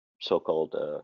so-called